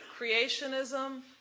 creationism